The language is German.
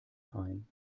ein